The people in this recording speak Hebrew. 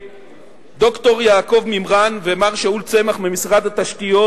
לד"ר יעקב מימרן ומר שאול צמח ממשרד התשתיות.